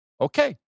okay